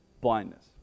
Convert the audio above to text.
blindness